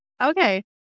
Okay